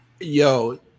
yo